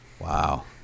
Wow